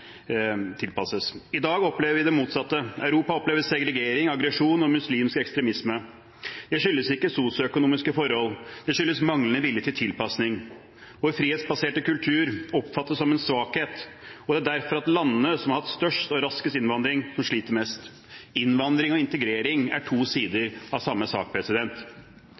I dag opplever vi det motsatte. Europa opplever segregering, aggresjon og muslimsk ekstremisme. Det skyldes ikke sosioøkonomiske forhold. Det skyldes manglende vilje til tilpasning. Vår frihetsbaserte kultur oppfattes som en svakhet, og det er derfor landene som har hatt størst og raskest innvandring, sliter mest. Innvandring og integrering er to sider av samme sak.